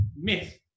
myth